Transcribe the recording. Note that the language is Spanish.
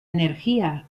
energía